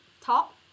Top